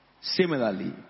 Similarly